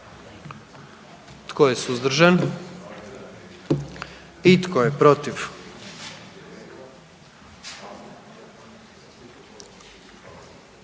Tko je suzdržan? I tko je protiv?